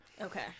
Okay